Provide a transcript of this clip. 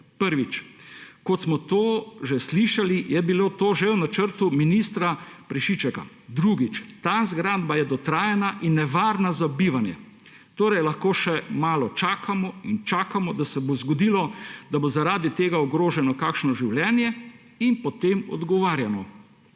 Prvič. Kot smo že slišali, je bilo to že v načrtu ministra Prešička. Drugič. Ta zgradba je dotrajana in nevarna za bivanje, torej lahko še malo čakamo in čakamo, da se bo zgodilo, da bo zaradi tega ogroženo kakšno življenje, in potem odgovarjamo.